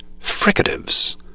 fricatives